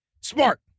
smart